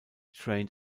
trained